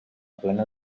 plena